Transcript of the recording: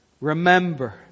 Remember